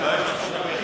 לא, לא.